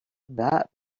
that